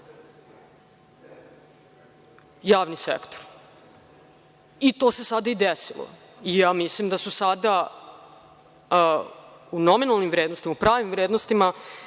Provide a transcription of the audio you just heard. javni sektor. I to se sada i desilo. Mislim da su sada u nominalnim vrednostima, pravim vrednostima